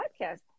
podcast